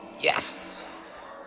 Yes